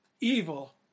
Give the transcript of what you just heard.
evil